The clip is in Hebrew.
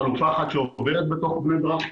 חלופה אחת שעוברת בתוך בני ברק,